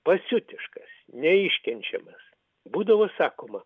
pasiutiškas neiškenčiamas būdavo sakoma